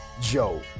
Joe